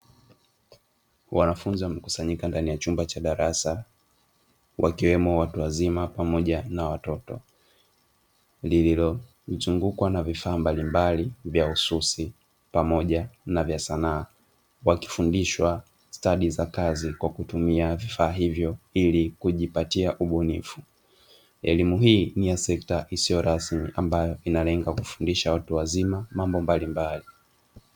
Wanafunzi wamekusanyika ndani ya chumba cha darasa wakiwemo watu wazima pamoja na watoto Iililozungukwa na vifaa mbalimbali vya ususi pamoja na vya sanaa, wakifundishwa stadi za kazi kwa kutumia vifaa hivyo ili kujipatia ubunifu. Elimu hii ni sekta isiyo rasmi ambayo inalenga kufundisha watu wazima mambo mbalimbali.